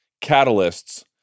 catalysts